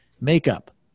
makeup